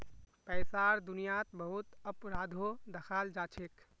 पैसार दुनियात बहुत अपराधो दखाल जाछेक